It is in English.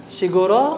siguro